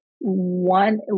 one